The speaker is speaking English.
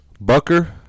Bucker